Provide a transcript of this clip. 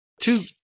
Two